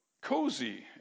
cozy